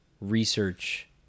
research